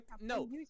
No